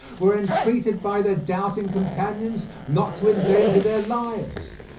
were entreated by their doubting companions not to endanger their lives.